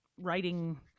writing